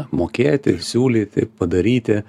mokėti įsiūlyti padaryti